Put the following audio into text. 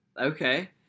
Okay